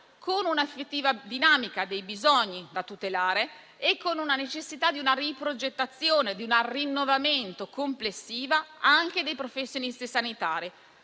con una effettiva dinamica dei bisogni da tutelare e con la necessità di una riprogettazione, di un rinnovamento complessivo anche dei professionisti sanitari.